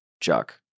chuck